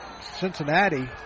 Cincinnati